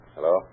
Hello